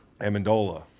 Amendola